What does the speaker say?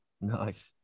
nice